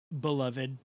beloved